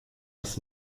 das